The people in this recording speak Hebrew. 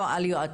לא, על יועצות.